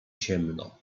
ciemno